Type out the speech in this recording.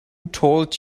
told